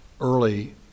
early